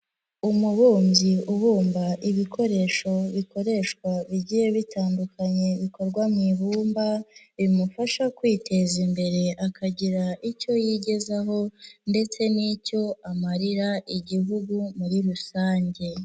Umubumbyi ubumba ibikoresho bikoreshwa bigiye bitandukanye bikorwa mu ibumba, bimufasha kwiteza imbere akagira icyo yigezaho ndetse n'icyo amarira Igihugu muri rusange.